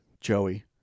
Joey